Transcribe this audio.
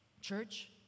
Church